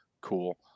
cool